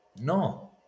no